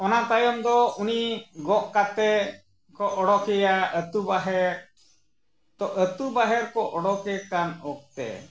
ᱚᱱᱟ ᱛᱟᱭᱚᱢ ᱫᱚ ᱩᱱᱤ ᱜᱚᱜ ᱠᱟᱛᱮᱫ ᱠᱚ ᱚᱰᱚᱠᱮᱭᱟ ᱟᱛᱳ ᱵᱟᱦᱮᱨ ᱛᱚ ᱟᱛᱳ ᱵᱟᱦᱮᱨ ᱠᱚ ᱚᱰᱚᱠᱮ ᱠᱟᱱ ᱚᱠᱛᱮ